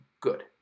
good